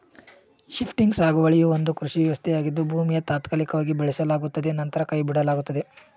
shifting ಸಾಗುವಳಿಯು ಒಂದು ಕೃಷಿ ವ್ಯವಸ್ಥೆಯಾಗಿದ್ದು ಭೂಮಿಯನ್ನು ತಾತ್ಕಾಲಿಕವಾಗಿ ಬೆಳೆಸಲಾಗುತ್ತದೆ ನಂತರ ಕೈಬಿಡಲಾಗುತ್ತದೆ